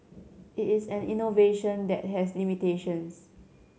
it is an innovation that has limitations